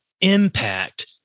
impact